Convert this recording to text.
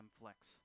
flex